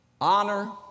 honor